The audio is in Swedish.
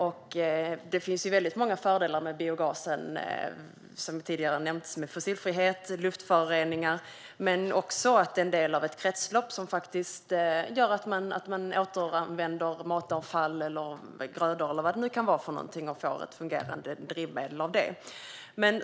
Det finns som tidigare nämnts väldigt många fördelar med biogasen, som fossilfrihet och mindre luftföroreningar. Det är också en del av ett kretslopp som gör att man återanvänder matavfall, grödor eller vad det nu kan vara för någonting och får ett fungerande drivmedel av det.